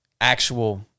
actual